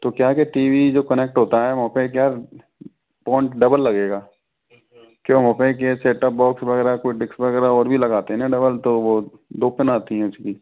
तो क्या है के टी वी जो कनेक्ट होता है वहाँ पे क्या पॉइंट डबल लगेगा क्या होता है के सेटअप बॉक्स वगैरह कोई डिस्क वगैरह और भी लगाते है ना डबल तो वो दो पिन आती है उसकी